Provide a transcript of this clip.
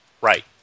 Right